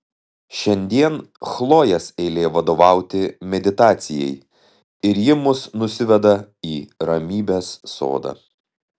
šiandien chlojės eilė vadovauti meditacijai ir ji mus nusiveda į ramybės sodą